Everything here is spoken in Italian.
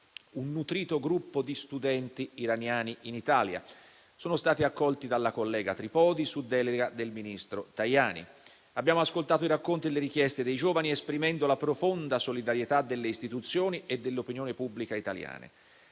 un nutrito gruppo di studenti iraniani in Italia. Sono stati accolti dalla collega Tripodi, su delega del ministro Tajani. Abbiamo ascoltato i racconti e le richieste dei giovani, esprimendo la profonda solidarietà delle istituzioni e dell'opinione pubblica italiane.